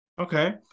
okay